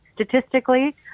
statistically